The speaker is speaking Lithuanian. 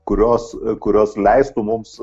kurios kurios leistų mums